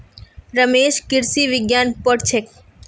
रमेश कृषि विज्ञान पढ़ छेक